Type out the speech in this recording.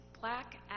black